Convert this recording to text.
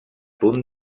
punt